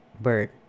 bird